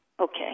Okay